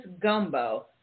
gumbo